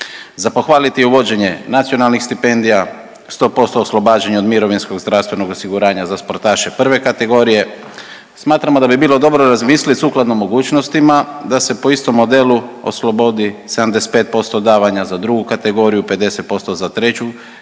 Za pohvaliti je uvođenje nacionalnih stipendija, 100% oslobađanje od mirovinskog, zdravstvenog osiguranja za sportaše 1. kategorije. Smatramo da bi bilo dobro razmislit sukladno mogućnostima da se po istom modelu oslobodi 75% davanja za 2. kategoriju, 50% za 3.